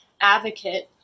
advocate